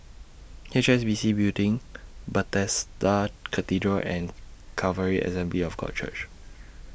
H S B C Building Bethesda Cathedral and Calvary Assembly of God Church